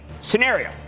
scenario